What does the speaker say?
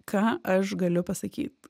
ką aš galiu pasakyt